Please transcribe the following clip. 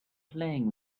playing